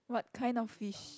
what kind of fish